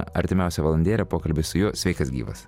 artimiausią valandėlę pokalbis su juo sveikas gyvas